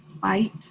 fight